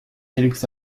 quelques